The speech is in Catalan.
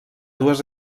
dues